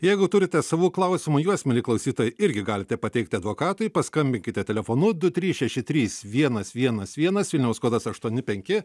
jeigu turite savų klausimų juos mieli klausytojai irgi galite pateikti advokatui paskambinkite telefonu du trys šeši trys vienas vienas vienas vilniaus kodas aštuoni penki